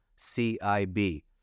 CIB